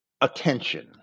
attention